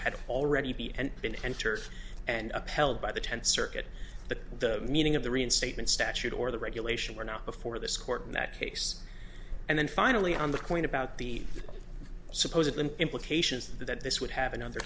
had already been entered and upheld by the tenth circuit the meaning of the reinstatement statute or the regulation were not before this court in that case and then finally on the point about the supposedly implications that this would have in other